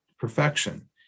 perfection